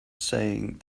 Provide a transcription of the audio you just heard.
saying